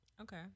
Okay